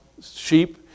sheep